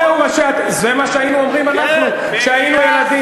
זה מה שהיינו אומרים אנחנו כשהיינו ילדים.